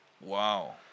Wow